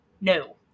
No